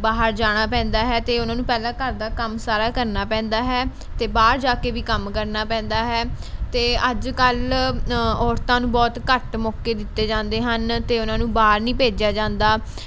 ਬਾਹਰ ਜਾਣਾ ਪੈਂਦਾ ਹੈ ਅਤੇ ਉਹਨਾਂ ਨੂੰ ਪਹਿਲਾਂ ਘਰ ਦਾ ਕੰਮ ਸਾਰਾ ਕਰਨਾ ਪੈਂਦਾ ਹੈ ਅਤੇ ਬਾਹਰ ਜਾ ਕੇ ਵੀ ਕੰਮ ਕਰਨਾ ਪੈਂਦਾ ਹੈ ਅਤੇ ਅੱਜ ਕੱਲ੍ਹ ਔਰਤਾਂ ਨੂੰ ਬਹੁਤ ਘੱਟ ਮੌਕੇ ਦਿੱਤੇ ਜਾਂਦੇ ਹਨ ਅਤੇ ਉਹਨਾਂ ਨੂੰ ਬਾਹਰ ਨਹੀਂ ਭੇਜਿਆ ਜਾਂਦਾ